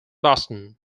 boston